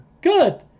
Good